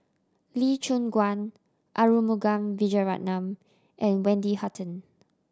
Lee Choon Guan Arumugam Vijiaratnam and Wendy Hutton